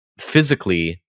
physically